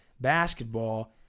basketball